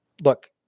look